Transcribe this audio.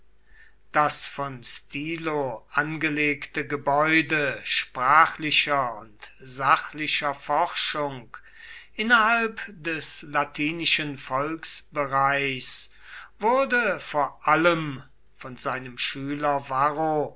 das von stilo angelegte gebäude sprachlicher und sachlicher forschung innerhalb des latinischen volksbereichs wurde vor allem von seinem schüler varro